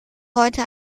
heute